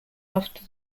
after